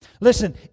listen